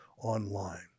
online